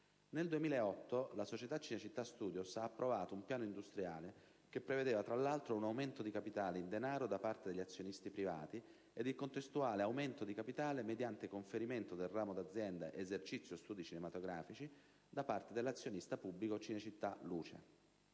Nel 2008 la società Cinecittà Studios ha approvato un piano industriale che prevedeva, tra l'altro, un aumento di capitale in denaro da parte degli azionisti privati ed il contestuale aumento di capitale mediante conferimento del ramo d'azienda "Esercizio studi cinematografici" da parte dell'azionista pubblico Cinecittà Luce.